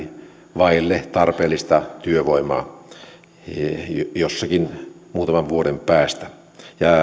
vaille tarpeellista työvoimaa joskus muutaman vuoden päästä